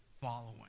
following